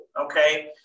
okay